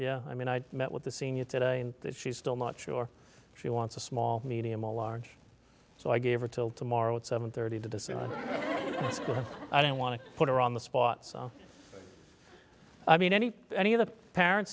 yeah i mean i met with the seniors today and that she's still not sure she wants a small medium or large so i gave her till tomorrow at seven thirty to decide i don't want to put her on the spot so i mean any any of the parents